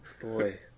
boy